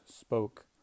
spoke